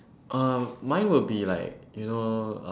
uh mine would be like you know uh